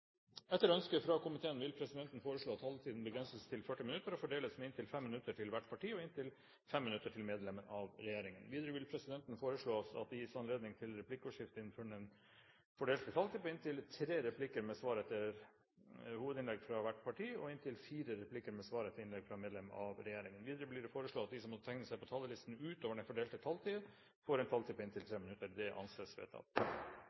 Etter ønske fra kommunal- og forvaltningskomiteen vil presidenten foreslå at taletiden begrenses til 40 minutter og fordeles med inntil 5 minutter til hvert parti og inntil 5 minutter til medlem av regjeringen. Videre vil presidenten foreslå at det gis anledning til replikkordskifte på inntil tre replikker med svar etter hovedinnlegg fra hvert parti og inntil fire replikker med svar etter innlegg fra medlem av regjeringen innenfor den fordelte taletid. Videre blir det foreslått at de som måtte tegne seg på talerlisten utover den fordelte taletid, får en taletid på inntil 3 minutter. – Det anses vedtatt.